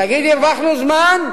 תגיד: הרווחנו זמן?